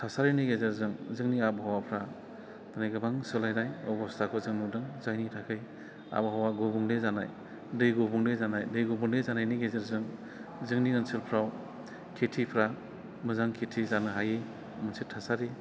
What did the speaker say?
थासारिनि गेजेरजों जोंनि आबहावाफ्रा मानि गोबां सोलायनाय अबस्थाखौ जों नुदों जायनि थाखाय आबहावा गुबुंले जानाय दै गुबुंले जानाय दै गुबुंले जानायनि गेजेरजों जोंनि ओनसोलफ्राव खेतिफोरा मोजां खेति जानो हायो मोनसे थासारि